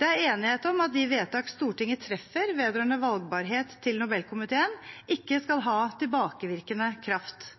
Det er enighet om at de vedtakene Stortinget treffer vedrørende valgbarhet til Nobelkomiteen, ikke skal ha tilbakevirkende kraft.